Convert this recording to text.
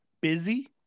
busy